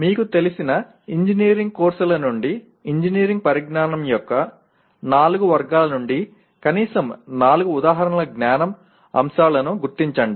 మీకు తెలిసిన ఇంజనీరింగ్ కోర్సుల నుండి ఇంజనీరింగ్ పరిజ్ఞానం యొక్క నాలుగు వర్గాల నుండి కనీసం నాలుగు ఉదాహరణల జ్ఞాన అంశాలను గుర్తించండి